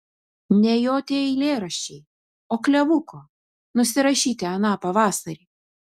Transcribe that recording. ne jo tie eilėraščiai o klevuko nusirašyti aną pavasarį